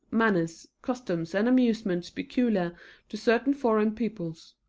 manners, customs and amusements peculiar to certain foreign peoples,